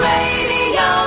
Radio